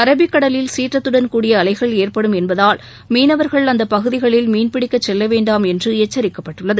அரபிக்கடலில் சீற்றத்துடன் கூடிய அலைகள் ஏற்படும் என்பதால் மீனவர்கள் அந்த பகுதிகளில் மீன் பிடிக்க செல்ல வேண்டாம் என்று எச்சரிக்கப்பட்டுள்ளது